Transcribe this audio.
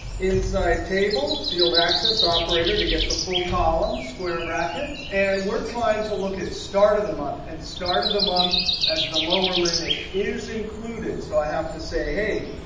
inside table, field access operator to get the full column, square bracket. and we're trying to look at start of the month. and start of the month as the lower limit is included. so i have to say, hey,